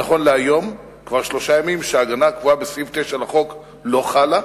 נכון להיום כבר שלושה ימים שההגנה הקבועה בסעיף 9 לחוק לא חלה,